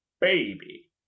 Baby